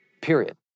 period